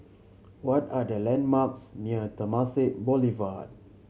what are the landmarks near Temasek Boulevard